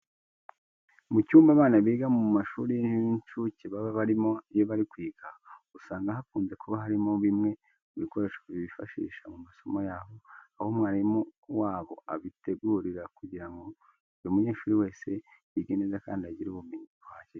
Mu cyumba abana biga mu mashuri y'inshuke baba barimo iyo bari kwiga, usanga hakunze kuba harimo bimwe mu bikoresho bifashishsha mu masomo yabo, aho umwarimu wabo abibategurira kugira ngo buri munyeshuri wese yige neza kandi agire ubumenyi buhagije.